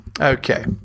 Okay